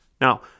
Now